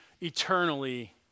eternally